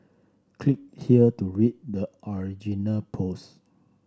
click here to read the original post